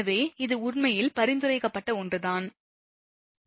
எனவே இது உண்மையில் பரிந்துரைக்கப்பட்ட ஒன்றுதானா